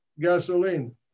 Gasoline